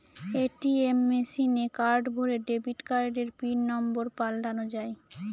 ATM মেশিনে card ভোরে debit কার্ডের পিন নম্বর পাল্টানো যায়